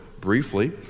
briefly